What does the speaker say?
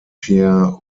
pierre